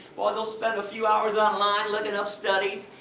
well, they'll spend a few hours online, looking up studies,